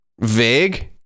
vague